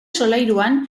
solairuan